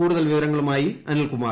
കൂടുതൽ വിവരങ്ങളുമായി അനിൽകുമാർ